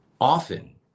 often